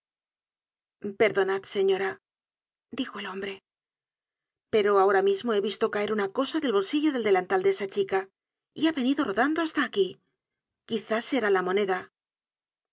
perdonad señora dijo el hombre pero ahora mismo he visto caer una cosa del bolsillo del delantal de esa chica y ha venido rodando hasta aquí quizá será la moneda